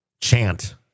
Chant